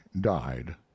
died